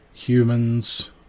humans